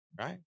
right